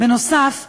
בנוסף,